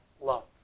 love